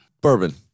bourbon